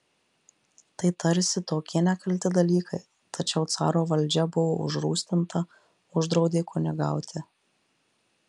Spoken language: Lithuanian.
tai tarsi tokie nekalti dalykai tačiau caro valdžia buvo užrūstinta uždraudė kunigauti